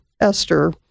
Esther